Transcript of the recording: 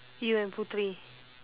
you and putri